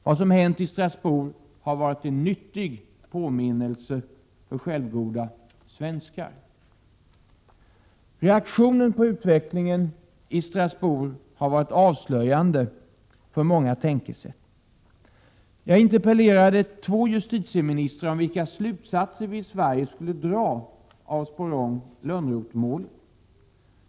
Vad som hänt i Strasbourg har varit en nyttig påminnelse för självgoda svenskar. Reaktionen på utvecklingen i Strasbourg har varit avslöjande för många tänkesätt. Jag interpellerade två justitieministrar om vilka slutsatser vi i Sverige skulle dra av Sporrong-Lönnroth-målet.